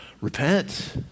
Repent